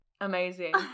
Amazing